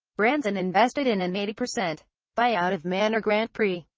branson invested in an eighty percent buyout of manor grand prix,